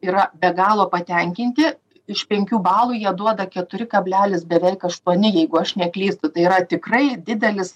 yra be galo patenkinti iš penkių balų jie duoda keturi kablelis beveik aštuoni jeigu aš neklystu tai yra tikrai didelis